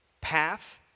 path